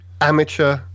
amateur